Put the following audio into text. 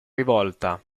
rivolta